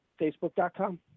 facebook.com